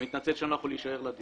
אני מתנצל שאני לא יכול להישאר לדיון